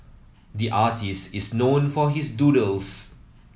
the artist is known for his doodles